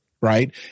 right